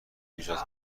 ایجاد